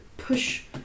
Push